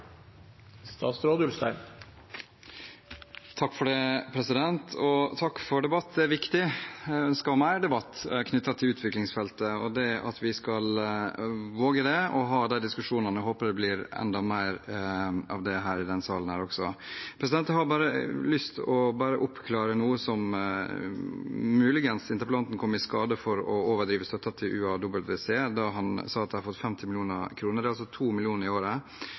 og jeg ønsker mer debatt knyttet til utviklingsfeltet – at vi skal våge det å ha de diskusjonene. Jeg håper det blir enda mer av det i denne salen også. Jeg har bare lyst til å oppklare noe. Muligens kom interpellanten i skade for å overdrive støtten til UAWC da han sa at de har fått 50 mill. kr. Det er altså 2 mill. kr i året,